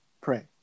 pray